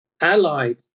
allied